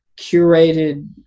curated